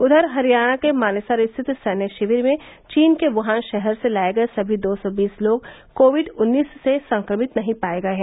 उधर हरियाणा के मानेसर स्थित सैन्य शिविर में चीन के युहान शहर से लाए गए सभी दो सौ बीस लोग कोविड उन्नीस से संक्रमित नहीं पाये गये हैं